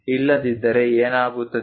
ಇಲ್ಲದಿದ್ದರೆ ಏನಾಗುತ್ತದೆ